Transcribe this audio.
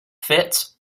fits